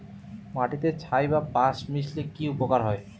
মাটিতে ছাই বা পাঁশ মিশালে কি উপকার হয়?